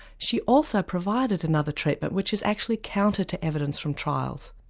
she also provided another treatment which is actually counter to evidence from trials.